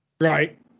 right